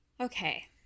okay